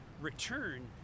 return